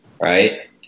Right